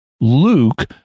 Luke